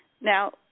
Now